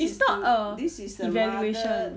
it's not a evaluation